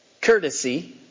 courtesy